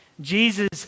Jesus